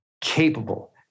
capable